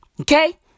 Okay